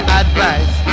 advice